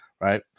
right